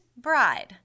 Bride